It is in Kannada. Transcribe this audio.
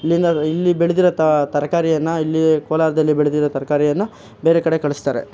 ಇಲ್ಲಿಂದ ಇಲ್ಲಿ ಬೆಳೆದಿರೋ ತರಕಾರಿಯನ್ನು ಇಲ್ಲಿ ಕೋಲಾರದಲ್ಲಿ ಬೆಳೆದಿರೋ ತರಕಾರಿಯನ್ನ ಬೇರೆ ಕಡೆಗರ ಕಳಿಸ್ತಾರೆ